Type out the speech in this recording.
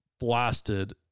blasted